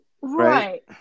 right